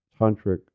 tantric